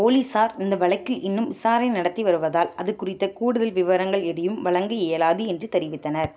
போலீசார் இந்த வழக்கில் இன்னும் விசாரணை நடத்தி வருவதால் அது குறித்த கூடுதல் விவரங்கள் எதையும் வழங்க இயலாது என்று தெரிவித்தனர்